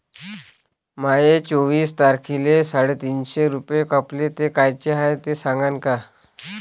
माये चोवीस तारखेले साडेतीनशे रूपे कापले, ते कायचे हाय ते सांगान का?